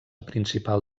principal